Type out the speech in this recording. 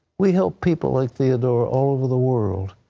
we help people like theodora all over the world.